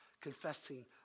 confessing